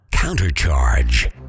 Countercharge